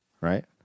right